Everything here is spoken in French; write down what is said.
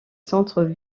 centres